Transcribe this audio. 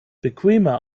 bequemer